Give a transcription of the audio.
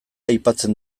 aipatzen